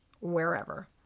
wherever